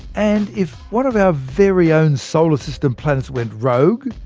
and if one of our very own solar system planets went rogue.